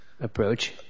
approach